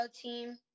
team